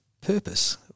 purpose